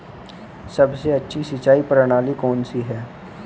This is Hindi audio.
सबसे अच्छी सिंचाई प्रणाली कौन सी है?